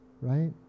right